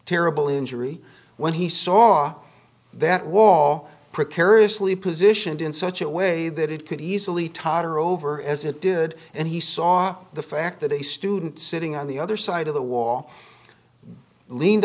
terrible injury when he saw that wall precariously positioned in such a way that it could easily totter over as it did and he saw the fact that a student sitting on the other side of the wall leaned